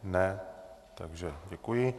Ne, takže děkuji.